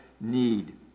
need